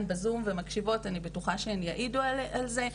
בזום והן מקשיבות אני בטוחה שהן גם יעידו על זה.